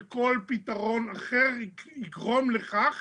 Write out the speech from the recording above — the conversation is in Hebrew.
וכל פתרון אחר יגרום לכך